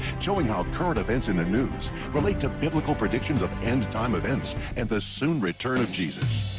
showing how current events in the news relate to biblical predictions of end time events and the soon return of jesus.